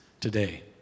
today